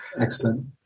Excellent